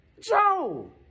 Joe